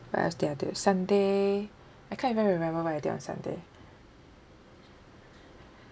what else did I do sunday I can't even remember what I did on sunday